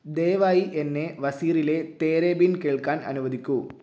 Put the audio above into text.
ദയവായി എന്നെ വസീറിലെ തേരെ ബിൻ കേൾക്കാൻ അനുവദിക്കൂ